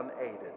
unaided